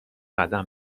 قدم